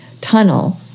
tunnel